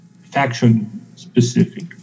faction-specific